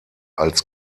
als